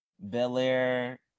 Bel-Air